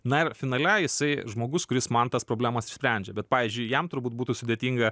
na ir finale jisai žmogus kuris man tas problemas išsprendžia bet pavyzdžiui jam turbūt būtų sudėtinga